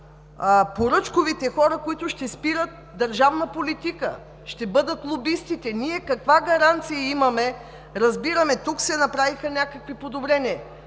поръчковите хора, които ще спират държавна политика, ще бъдат лобистите. Ние каква гаранция имаме? Разбираме, че тук се направиха някакви подобрения